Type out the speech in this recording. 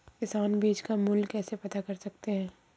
किसान बीज का मूल्य कैसे पता कर सकते हैं?